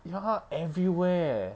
ya everywhere eh